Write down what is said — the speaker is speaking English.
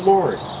Lord